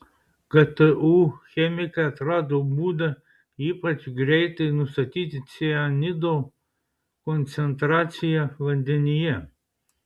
ktu chemikai atrado būdą ypač greitai nustatyti cianido koncentraciją vandenyje